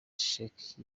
sheki